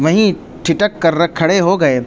وہیں ٹھٹک کر رکھ کھڑے ہو گئے